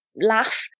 laugh